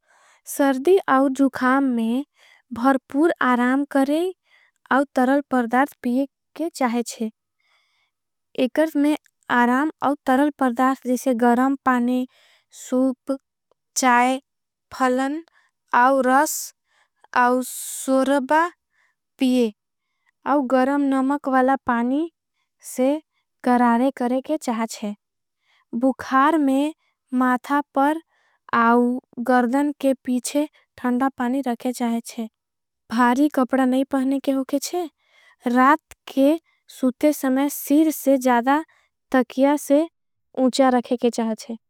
सर्दी आउ जुखाम में भरपूर आराम करें आउ तरल परदार्च। पियें के चाहें छें एकर्ज में आराम आउ तरल परदार्च जीसे। गरम पानी सूप चाय फलन आउ रस आउ सूरबा पियें। आउ गरम नमक वाला पानी से गरारे करें के चाहें छें। बुखार में माथा पर आउ गर्दन के पीछे थंड़ा पानी रखे। चाहें छें भारी कपड़ा नहीं पहने के हो के छें रात के। सूते समय सीर से जदा तकिया से उंच्या रखे के चाहें छें।